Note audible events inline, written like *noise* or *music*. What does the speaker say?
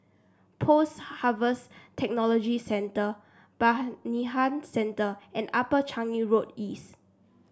Post Harvest Technology Centre *unintelligible* Centre and Upper Changi Road East